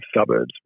suburbs